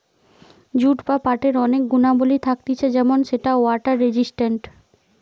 jute বা পাটের অনেক গুণাবলী থাকতিছে যেমন সেটা ওয়াটার রেসিস্টেন্ট